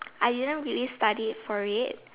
I didn't really studied for it